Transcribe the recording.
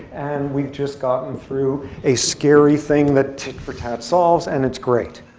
and we've just gotten through a scary thing that tit for tat solves, and it's great.